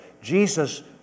Jesus